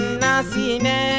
nasine